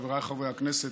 חבריי חברי הכנסת,